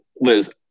Liz